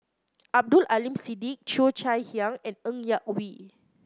Abdul Aleem Siddique Cheo Chai Hiang and Ng Yak Whee